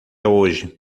hoje